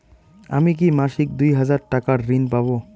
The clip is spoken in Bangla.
আমি কি মাসিক দুই হাজার টাকার ঋণ পাব?